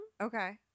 okay